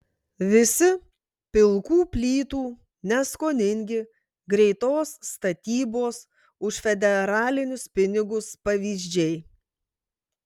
visi pilkų plytų neskoningi greitos statybos už federalinius pinigus pavyzdžiai